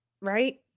right